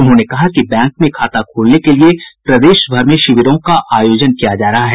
उन्होंने कहा कि बैंक में खाता खोलने के लिये प्रदेश भर में शिविरों का आयोजन किया जा रहा है